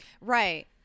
Right